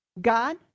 God